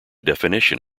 definition